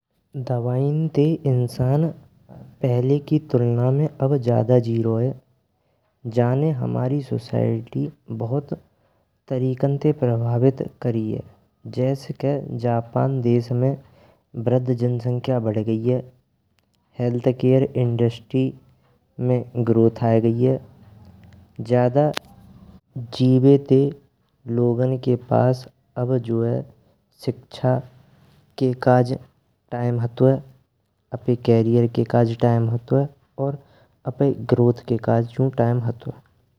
दवाई ने ते इंसान पहिले की तुलना में अब ज्यादा जी रहो है, जाने हमारी सोसाइटी बहुत तरीकन ते प्रभावित करी है। जैस के जापान देश में वृद्ध जनसंख्या बढ़ गई है हेल्थ केयर इंडस्ट्री में ग्रोथ आए गई है, ज्यादा जीवते लोगों के पास जो है शिक्षा के काज टाइम हटुए। करियर के काज टाइम हटुए और अपनी ग्रोथ के काजेयू टाइम हटुए।